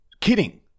Kidding